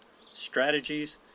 strategies